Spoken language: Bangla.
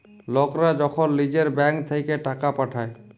লকরা যখল লিজের ব্যাংক থ্যাইকে টাকা পাঠায়